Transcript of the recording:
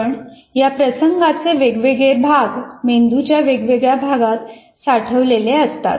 पण या प्रसंगाचे वेगवेगळे भाग मेंदूच्या वेगवेगळ्या भागात साठवलेले असतात